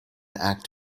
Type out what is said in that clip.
act